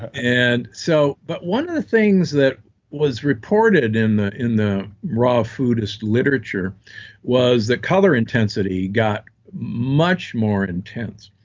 and so but one of the things that was reported in the in the raw food is literature was that color intensity got much more intense.